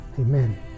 amen